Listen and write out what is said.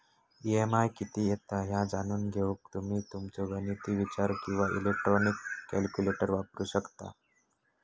EMI किती येता ह्या जाणून घेऊक तुम्ही तुमचो गणिती विचार किंवा इलेक्ट्रॉनिक कॅल्क्युलेटर वापरू शकता